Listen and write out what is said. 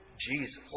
Jesus